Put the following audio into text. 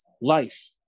life